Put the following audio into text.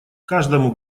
каждому